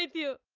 you